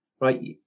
right